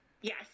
Yes